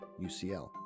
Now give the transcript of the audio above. ucl